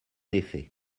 effet